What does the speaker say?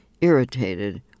irritated